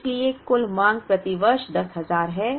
इसलिए कुल मांग प्रति वर्ष 10000 है